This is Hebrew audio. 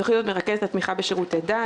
התוכנית הזו מרכזת את התמיכה בשירותי דת,